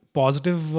positive